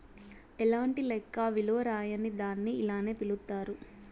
ఎలాంటి లెక్క విలువ రాయని దాన్ని ఇలానే పిలుత్తారు